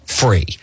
free